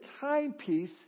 timepiece